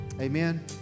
Amen